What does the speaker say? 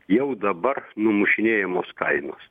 jau dabar numušinėjamos kainos